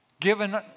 given